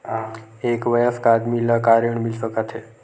एक वयस्क आदमी ला का ऋण मिल सकथे?